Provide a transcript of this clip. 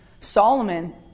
Solomon